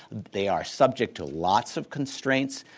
they are subject to lots of constraints.